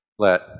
Let